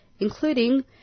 including